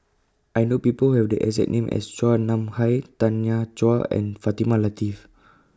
I know People Who Have The exact name as Chua Nam Hai Tanya Chua and Fatimah Lateef